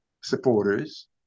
supporters